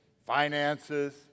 Finances